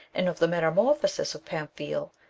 and of the metamorphosis of pamphile,